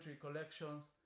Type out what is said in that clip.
collections